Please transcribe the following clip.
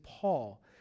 Paul